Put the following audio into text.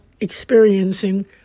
experiencing